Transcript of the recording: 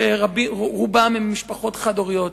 שרובם הם ממשפחות חד-הוריות,